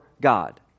God